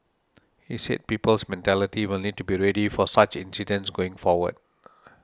he said people's mentality will need to be ready for such incidents going forward